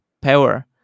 power